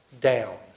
down